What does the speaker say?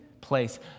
place